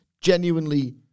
genuinely